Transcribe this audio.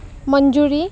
মঞ্জুৰি